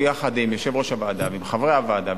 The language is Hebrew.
ביחד עם יושב-ראש הוועדה ועם חברי הוועדה,